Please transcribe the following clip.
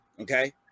Okay